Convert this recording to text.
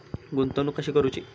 गुंतवणूक कशी करूची?